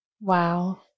Wow